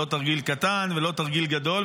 לא תרגיל קטן ולא תרגיל גדול,